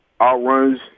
outruns